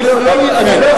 אני לא אחזור,